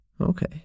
Okay